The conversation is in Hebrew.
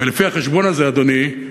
לפי החשבון הזה, אדוני,